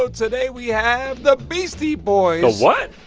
so today, we have the beastie boys the what?